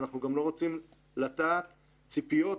ואנחנו לא רוצים לטעת ציפיות